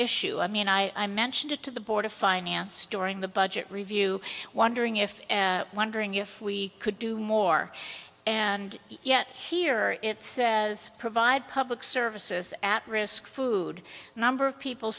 issue i mean i mentioned it to the board of finance during the budget review wondering if wondering if we could do more and yet here it says provide public services at risk food number of people